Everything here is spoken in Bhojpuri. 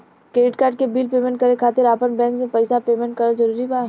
क्रेडिट कार्ड के बिल पेमेंट करे खातिर आपन बैंक से पईसा पेमेंट करल जरूरी बा?